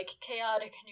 chaotic